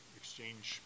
exchange